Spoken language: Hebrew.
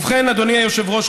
ובכן אדוני היושב-ראש,